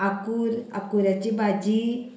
आंकूर आंकुराची भाजी